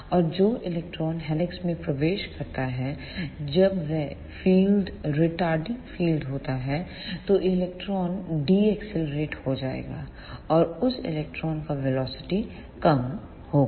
और जो electron helix में प्रवेश करता है जब वह फील्ड रिटारडिंग फील्ड होता है तो इलेक्ट्रॉन डी एक्सेलरेट हो जाएगा और उस इलेक्ट्रॉन का वेलोसिटी कम होगा